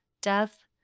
death